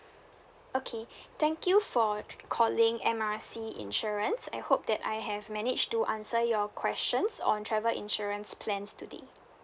okay thank you for calling M R C insurance I hope that I have manage to answer your questions on travel insurance plans today